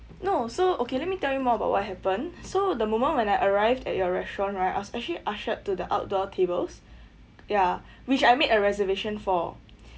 no so okay let me tell you more about what happened so the moment when I arrived at your restaurant right I was actually ushered to the outdoor tables ya which I made a reservation for